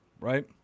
Right